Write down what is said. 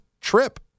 trip